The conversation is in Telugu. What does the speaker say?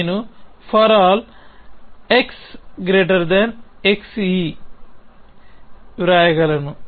నేను ∀ xxe వ్రాయగలను